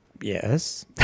Yes